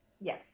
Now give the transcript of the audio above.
Yes